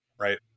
Right